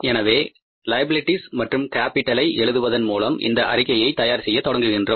எனவே லைபிலிட்டிஸ் மற்றும் கேப்பிடலை எழுதுவதன் மூலம் இந்த அறிக்கையை தயார் செய்ய தொடங்குகின்றோம்